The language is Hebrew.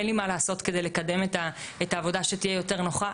אין לי מה לעשות כדי לקדם את העבודה כדי שהיא תהיה יותר נוחה.